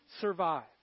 survive